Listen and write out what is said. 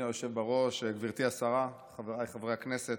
אדוני היושב-בראש, גברתי השרה, חבריי חברי הכנסת,